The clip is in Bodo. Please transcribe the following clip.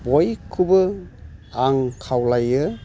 बयखौबो आं खावलायो